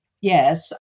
Yes